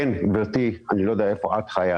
אני לא יודע איפה את חיה,